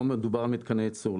פה מדובר על מתקני ייצור.